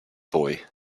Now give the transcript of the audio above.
boy